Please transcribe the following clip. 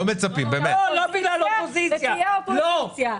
תהיה אופוזיציה.